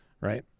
Right